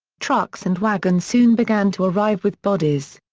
trucks and wagons soon began to arrive with bodies.